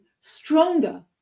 stronger